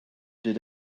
did